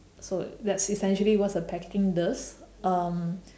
so that's essentially what's the packaging does um